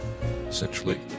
essentially